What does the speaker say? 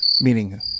Meaning